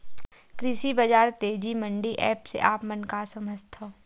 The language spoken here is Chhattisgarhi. कृषि बजार तेजी मंडी एप्प से आप मन का समझथव?